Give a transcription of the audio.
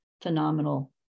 phenomenal